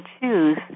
choose